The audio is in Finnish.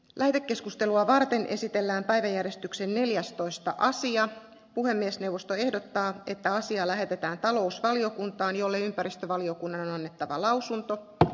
lähetekeskustelua varten esitellään päiväjärjestyksen neljästoista sija puhemiesneuvosto ehdottaa että asia lähetetään talousvaliokuntaan jollei ympäristövaliokunnan on annettava lausunto että